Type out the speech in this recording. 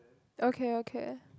okay okay